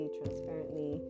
transparently